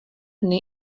dny